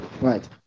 Right